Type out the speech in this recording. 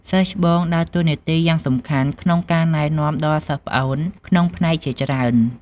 សិស្សច្បងដើរតួនាទីយ៉ាងសំខាន់ក្នុងការ ណែនាំទៅដល់សិស្សប្អូនក្នុងផ្នែកជាច្រើន។